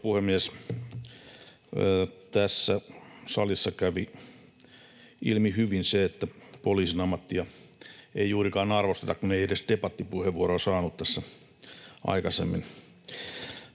puhemies! Tässä salissa kävi ilmi hyvin, että poliisin ammattia ei juurikaan arvosteta, kun ei edes debattipuheenvuoroa saanut tässä aikaisemmin.